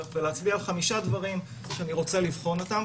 ולהצביע על חמישה דברים שאני רוצה לבחון אותם,